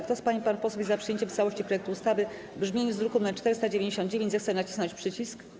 Kto z pań i panów posłów jest za przyjęciem w całości projektu ustawy w brzmieniu z druku nr 499, zechce nacisnąć przycisk.